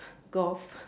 golf